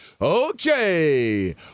okay